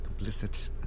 complicit